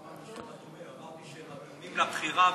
לא אמרתי שהם אטומים.